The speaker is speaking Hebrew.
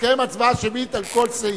תתקיים הצבעה שמית על כל סעיף.